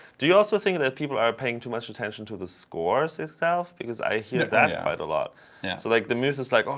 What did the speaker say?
do you also think that people are paying too much attention to the scores itself? because i hear that that yeah quite a lot. yeah so like the myth is like, oh,